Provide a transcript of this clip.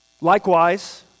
Likewise